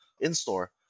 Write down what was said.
in-store